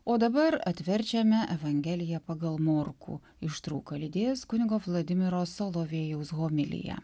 o dabar atverčiame evangeliją pagal morkų ištrauką lydės kunigo vladimiro solovėjaus homilija